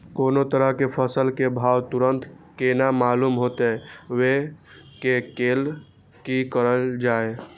कोनो तरह के फसल के भाव तुरंत केना मालूम होते, वे के लेल की करल जाय?